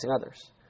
others